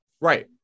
Right